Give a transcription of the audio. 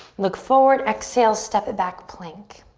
look forward, exhale, step it back, plank.